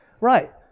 Right